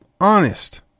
honest